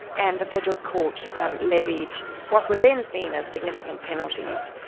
and the federal court um levied what were then seen as significant penalties.